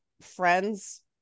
friends